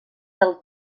del